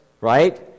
right